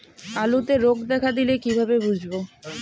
আলুতে রোগ দেখা দিলে কিভাবে বুঝবো?